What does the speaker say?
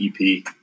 EP